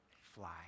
fly